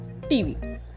TV